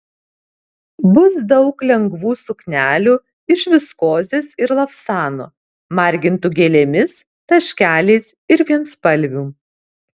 bus daug lengvų suknelių iš viskozės ir lavsano margintų gėlėmis taškeliais ir vienspalvių